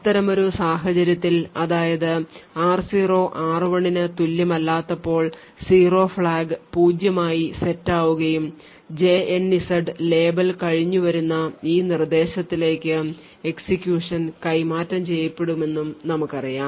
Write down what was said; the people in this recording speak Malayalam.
അത്തരമൊരു സാഹചര്യത്തിൽ അതായത് r0 r1 ന് തുല്യമല്ലാത്തപ്പോൾ zero ഫ്ലാഗ് പൂജ്യമായി set ആവുകയും jnz ലേബൽ കഴിഞ്ഞു വരുന്ന ഈ നിർദ്ദേശങ്ങളിലേക്ക് എക്സിക്യൂഷൻ കൈമാറ്റം ചെയ്യപ്പെടുമെന്നും നമുക്കറിയാം